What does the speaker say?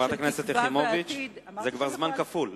חברת הכנסת יחימוביץ, זה כבר זמן כפול.